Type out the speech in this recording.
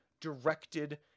directed